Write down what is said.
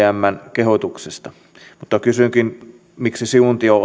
kehotuksesta mutta kysynkin miksi siuntio